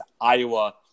Iowa